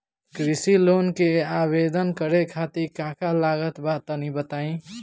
कृषि लोन के आवेदन करे खातिर का का लागत बा तनि बताई?